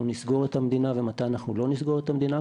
נסגור את המדינה ומתי אנחנו לא נסגור את המדינה.